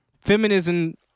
feminism